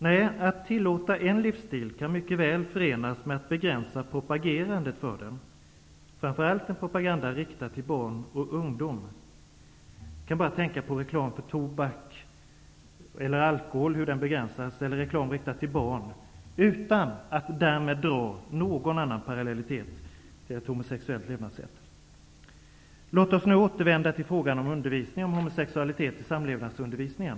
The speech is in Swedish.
Nej, att tillåta en livsstil kan mycket väl förenas med att begränsa propagerandet för den, framför allt en propaganda riktad till barn och ungdom. Vi kan bara tänka på hur reklam för tobak eller alkohol begränsas, eller på reklam riktad till barn, utan att därmed dra någon annan parallellitet till ett homosexuellt levnadssätt. Låt oss nu återvända till frågan om undervisning om homosexualitet i samlevnadsundervisningen.